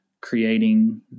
creating